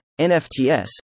NFTs